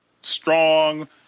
strong